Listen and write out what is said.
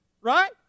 Right